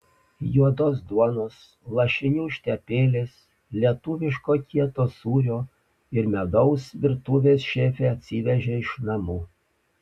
juodos duonos lašinių užtepėlės lietuviško kieto sūrio ir medaus virtuvės šefė atsivežė iš namų